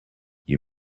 you